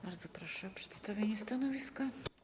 Bardzo proszę o przedstawienie stanowiska.